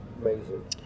Amazing